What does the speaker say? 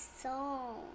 song